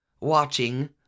watching